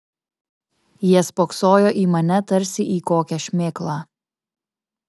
jie spoksojo į mane tarsi į kokią šmėklą